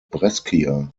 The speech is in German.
brescia